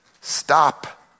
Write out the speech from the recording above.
stop